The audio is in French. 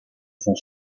vont